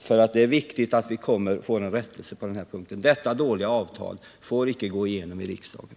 för det är viktigt att vi får en rättelse på denna punkt. Detta dåliga avtal får icke gå igenom i riksdagen.